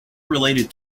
related